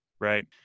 Right